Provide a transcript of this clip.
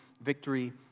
victory